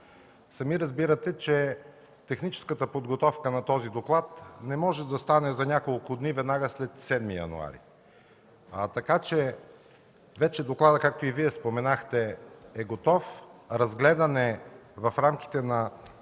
Сами разбирате, че техническата подготовка на този доклад не може да стане за няколко дни веднага след 7 януари, така че докладът, както и Вие споменахте, вече е готов. Разгледан е в рамките на